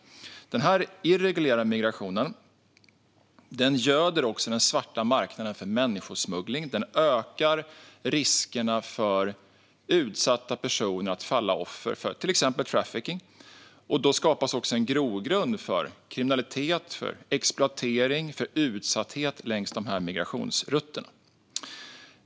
Den irreguljära migrationen göder också den svarta marknaden för människosmuggling och ökar riskerna för utsatta personer att falla offer för till exempel trafficking. Det skapas också en grogrund för kriminalitet, exploatering och utsatthet längs dessa migrationsrutter.